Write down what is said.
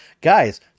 guys